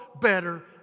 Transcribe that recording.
better